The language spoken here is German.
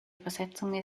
übersetzung